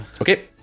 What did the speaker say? Okay